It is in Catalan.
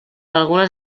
algunes